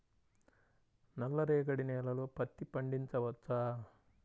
నల్ల రేగడి నేలలో పత్తి పండించవచ్చా?